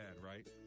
right